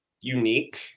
unique